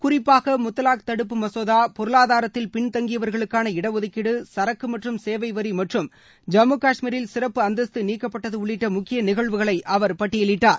குறிப்பாக முத்தலாக் தடுப்பு மசோதா பொருளாதாரத்தில் பின்தங்கியவர்களுக்கான இடஒதுக்கீடு சரக்கு மற்றும் சேவை வரி மற்றும் ஜம்மு கஷ்மீரில் சிறப்பு அந்தஸ்து நீக்கப்பட்டது உள்ளிட்ட முக்கிய நிகழ்வுகளை அவர் பட்டியலிட்டார்